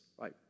right